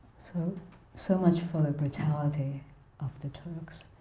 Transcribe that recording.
so so much for the brutality of the turks,